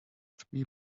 three